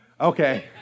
Okay